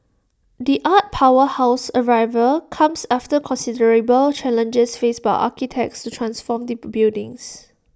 the art powerhouse's arrival comes after considerable challenges faced by architects to transform the buildings